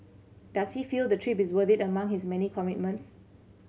does he feel the trip is worth it among his many commitments